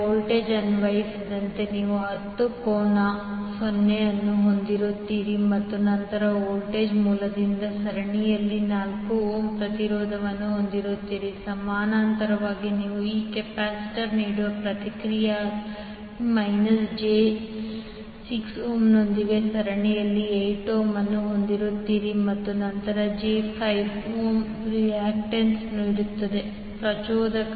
voltage ಅನ್ವಯಿಸಿದಂತೆ ನೀವು 10 ಕೋನ 0 ಅನ್ನು ಹೊಂದಿರುತ್ತೀರಿ ಮತ್ತು ನಂತರ ವೋಲ್ಟೇಜ್ ಮೂಲದೊಂದಿಗೆ ಸರಣಿಯಲ್ಲಿ 4 ಓಮ್ ಪ್ರತಿರೋಧವನ್ನು ಹೊಂದಿರುತ್ತೀರಿ ಸಮಾನಾಂತರವಾಗಿ ನೀವು ಈ ಕೆಪಾಸಿಟರ್ ನೀಡುವ ಪ್ರತಿಕ್ರಿಯೆಯಾಗಿ ಮೈನಸ್ ಜೆ 6 ಓಮ್ನೊಂದಿಗೆ ಸರಣಿಯಲ್ಲಿ 8 ಓಮ್ ಅನ್ನು ಹೊಂದಿರುತ್ತೀರಿ ಮತ್ತು ನಂತರ ಜೆ 5 ಓಮ್ ರಿಯಾಕ್ಟನ್ಸ್ ನೀಡುತ್ತದೆ ಪ್ರಚೋದಕ